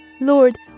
Lord